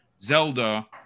Zelda